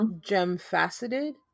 gem-faceted